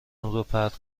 روپرت